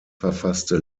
verfasste